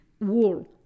wall